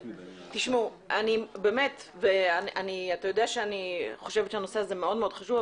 אתה יודע שאני חושבת שהנושא הזה הוא מאוד מאוד חשוב,